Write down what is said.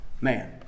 man